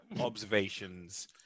observations